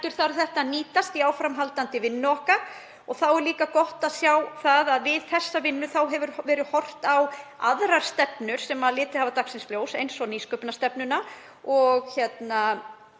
þarf þetta að nýtast í áframhaldandi vinnu okkar. Þá er líka gott að sjá að við þessa vinnu hefur verið horft á aðrar stefnur sem litið hafa dagsins ljós eins og nýsköpunarstefnuna og stefnu